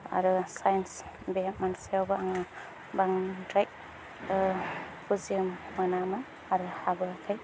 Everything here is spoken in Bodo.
आरो साइन्स बे मोनसेयावबो आङो बांद्राय बुजि मोनामोन आरो हाबोआखै